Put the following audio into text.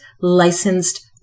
licensed